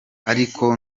ariko